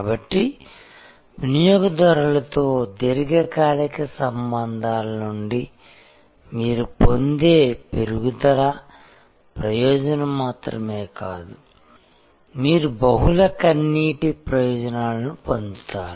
కాబట్టి వినియోగదారులతో దీర్ఘకాలిక సంబంధాల నుండి మీరు పొందే పెరుగుదల ప్రయోజనం మాత్రమే కాదు మీరు బహుళ కన్నీటి ప్రయోజనాలను పొందుతారు